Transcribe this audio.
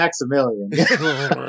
Maximilian